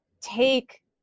take